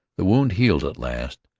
the wound healed at last,